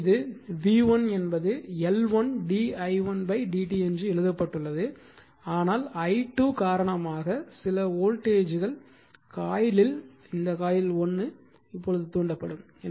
எனவே இது v1 என்பது L1 d i1 dt என்று எழுதப்பட்டுள்ளது ஆனால் i2காரணமாக சில வோல்டேஜ் கள் காயிலில் இந்த காயில் 1 தூண்டப்படும்